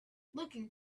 looking